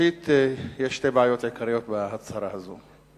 יש שתי בעיות עיקריות בהצהרה הזו.